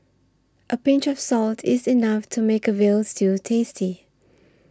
a pinch of salt is enough to make a Veal Stew tasty